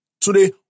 Today